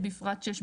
(ב) בפרט (6),